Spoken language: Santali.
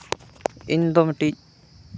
ᱤᱧᱫᱚ ᱢᱤᱫᱴᱤᱡ